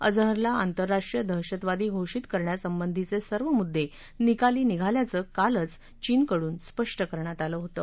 अजहरला आंतरराष्ट्रीय दहशतवादी घोषित करण्यासंबंधीचे सर्व मुद्दे निकाली निघाल्याचं कालच चीनकडून स्पष्ट करण्यात आलं होतं